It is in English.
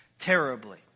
terribly